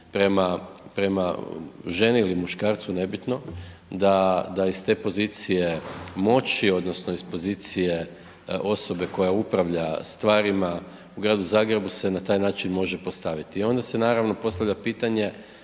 prema ženi ili muškarcu, nebitno, da iz pozicije moći odnosno iz pozicije osobe koja upravlja stvarima u gradu Zagrebu se na taj način može postaviti i onda se naravno postavlja pitanje